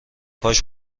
کاش